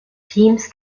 teams